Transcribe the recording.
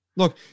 Look